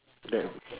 done